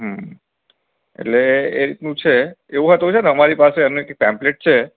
હ એટલે એ રીતનું છે એવું હતું છેને અમારી પાસે એનું એક પેમ્પલેટ છે